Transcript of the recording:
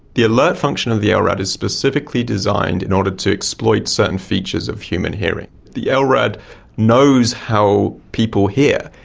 the alert function of the lrad is specifically designed in order to exploit certain features of human hearing. the lrad knows how people hear,